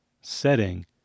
setting